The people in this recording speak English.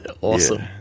Awesome